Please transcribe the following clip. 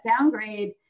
downgrade